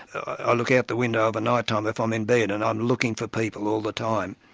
i look out the window of a night time, if i'm in bed, and i'm looking for people all the time.